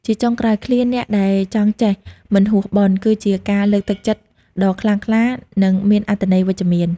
ជាចុងក្រោយ ឃ្លា "អ្នកដែលចង់ចេះ មិនហួស បុណ្យ" គឺជាការលើកទឹកចិត្តដ៏ខ្លាំងក្លា និងមានអត្ថន័យវិជ្ជមាន។